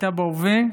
בהווה,